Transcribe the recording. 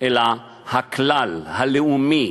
אלא הכלל, הלאומי,